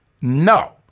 No